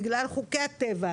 בגלל חוקי הטבע,